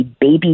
baby